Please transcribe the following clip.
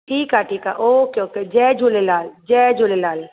ठीकु आहे ठीकु आहे ओके ओके जय झूलेलाल जय झूलेलाल